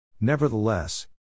nevertheless